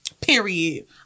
Period